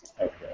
Okay